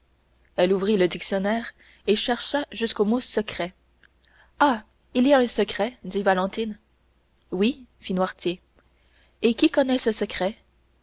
elle ouvrit le dictionnaire et chercha jusqu'au mot secret ah il y a un secret dit valentine oui fit noirtier et qui connaît ce secret